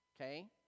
okay